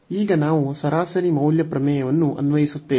ಈಗ ನಾವು ಸರಾಸರಿ ಮೌಲ್ಯ ಪ್ರಮೇಯವನ್ನು ಅನ್ವಯಿಸುತ್ತೇವೆ